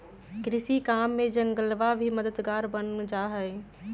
कृषि काम में जंगलवा भी मददगार बन जाहई